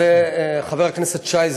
חבר הכנסת שי,